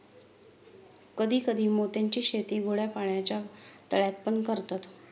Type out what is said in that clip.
कधी कधी मोत्यांची शेती गोड्या पाण्याच्या तळ्यात पण करतात